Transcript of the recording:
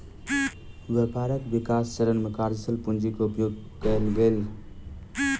व्यापारक विकास चरण में कार्यशील पूंजी के उपयोग कएल गेल